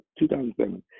2007